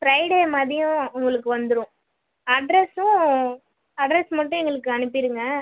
Friday மதியம் உங்களுக்கு வந்துரும் அட்ரெஸ்ஸும் அட்ரெஸ் மட்டும் எங்களுக்கு அனுப்பிருங்க